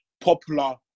popular